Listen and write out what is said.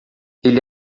ele